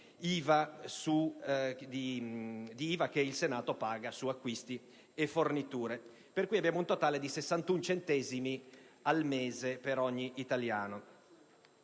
IVA che il Senato paga su acquisti e forniture. Abbiamo, pertanto, un totale di 61 centesimi al mese per ogni italiano.